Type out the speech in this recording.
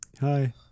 Hi